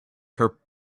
for